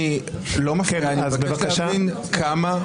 אני לא מפריע, אני מבקש להבין כמה.